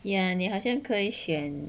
ya 你好像可以选